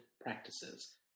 practices